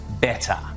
better